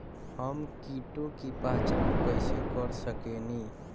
हम कीटों की पहचान कईसे कर सकेनी?